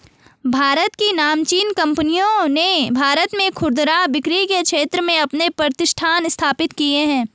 भारत की नामचीन कंपनियों ने भारत में खुदरा बिक्री के क्षेत्र में अपने प्रतिष्ठान स्थापित किए हैं